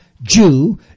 Jew